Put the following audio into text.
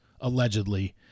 allegedly